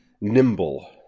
nimble